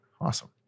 Awesome